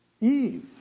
Eve